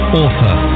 author